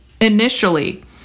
initially